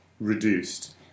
reduced